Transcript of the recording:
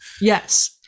Yes